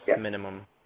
minimum